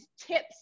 tips